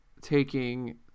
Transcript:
taking